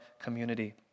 community